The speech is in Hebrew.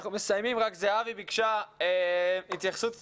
אנחנו מסיימים, זהבי ביקשה התייחסות קצרה,